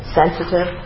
sensitive